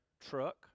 truck